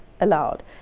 allowed